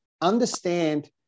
understand